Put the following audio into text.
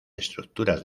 estructuras